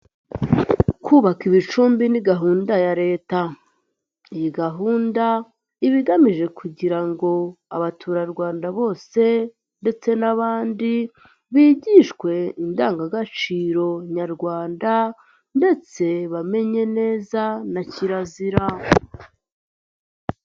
Kubaka ibicumbi ni gahunda ya Leta. Iyi gahunda iba igamije kugira ngo abaturarwanda bose, ndetse n'abandi, bigishwe indangagaciro nyarwanda, ndetse bamenye neza na kirazira.